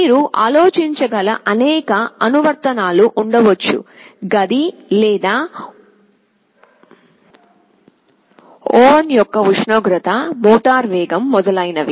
మీరు ఆలోచించగల అనేక అనువర్తనాలు ఉండవచ్చు గది లేదా ఓవెన్ యొక్క ఉష్ణోగ్రత మోటారు వేగం మొదలైనవి